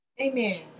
Amen